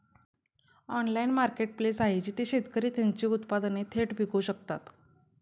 Online marketplace आहे जिथे शेतकरी त्यांची उत्पादने थेट विकू शकतात?